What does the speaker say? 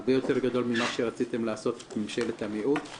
הרבה יותר גדול ממה שרציתם לעשות עם ממשלת המיעוט.